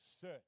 search